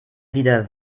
wieder